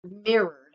mirrored